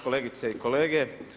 Kolegice i kolege.